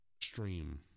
stream